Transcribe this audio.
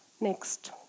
Next